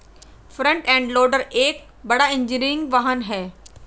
front end loader एक बड़ा engineering वाहन है